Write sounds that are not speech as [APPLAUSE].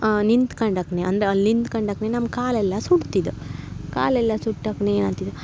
ನಿಂತ್ಕಂಡಕ್ನೆ ಅಂದ್ರೆ ಅಲ್ಲಿ ನಿಂತ್ಕಡಕ್ನೆ ನಮ್ಮ ಕಾಲೆಲ್ಲ ಸುಡ್ತಿದು ಕಾಲೆಲ್ಲ ಸುಟ್ಟಕ್ನೆಯ [UNINTELLIGIBLE]